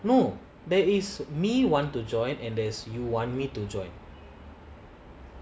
no there is me want to join and there's you want me to join